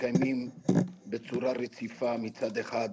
שמקיימים בצורה רציפה, מצד אחד,